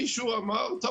מישהו אמר טוב,